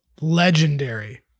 legendary